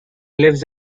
lives